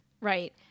Right